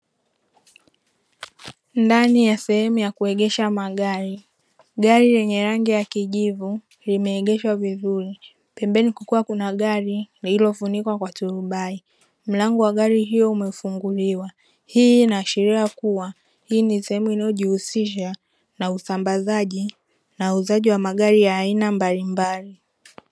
Ndani ya sehemu ya kuegesha magari, gari la rangi ya kijivu limeegeshwa vizuri, pembeni kukiwa kuna gari lililofunikwa kwa turubai, mlango wa gari hiyo umefunguliwa. Hii inaashiria kuwa hii ni sehemu inayojihusisha na usambazaji na uuzaji wa magari ya aina mbalimbali.